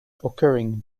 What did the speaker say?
occurring